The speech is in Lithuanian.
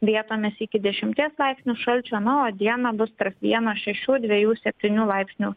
vietomis iki dešimties laipsnių šalčio na o dieną bus tarp vieno šešių dviejų septynių laipsnių